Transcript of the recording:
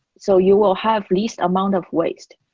so you will have least amount of waste.